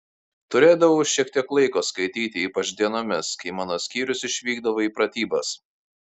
turėdavau šiek tiek laiko skaityti ypač dienomis kai mano skyrius išvykdavo į pratybas